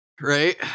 Right